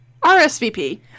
RSVP